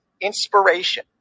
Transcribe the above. inspiration